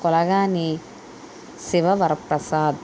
Kulagani Sivavaraprasad